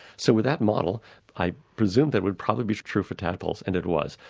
so with that model i presumed that would probably be true for tadpoles, and it was.